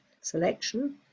selection